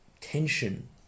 tension